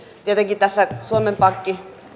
tietenkin tässä suomen pankki